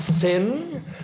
sin